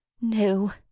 No